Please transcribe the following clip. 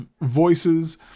voices